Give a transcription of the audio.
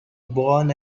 born